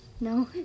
No